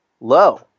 low